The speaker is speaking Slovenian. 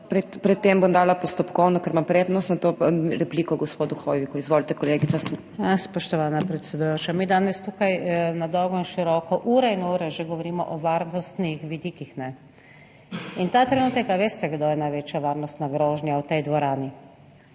Pred tem bom dala postopkovno, ker imam prednost, nato repliko gospodu Hoiviku. Izvolite, kolegica Sukič. **NATAŠA SUKIČ (PS Levica):** Spoštovana predsedujoča. Mi danes tukaj na dolgo in široko, ure in ure že govorimo o varnostnih vidikih. In ta trenutek - a veste kdo je največja varnostna grožnja v tej dvorani?